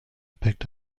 picked